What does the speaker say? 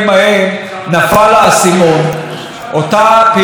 אותה סטודנטית שלא התחילה את שנת הלימודים,